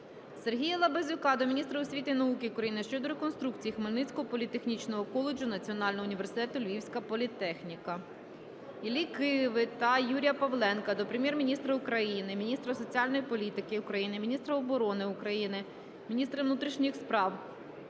Сергія Лабазюка до міністра освіти і науки України щодо реконструкції Хмельницького політехнічного коледжу Національного університету "Львівська політехніка". Іллі Киви та Юрія Павленка до Прем'єр-міністра України, міністра соціальної політики України, міністра оборони України, міністра внутрішніх справ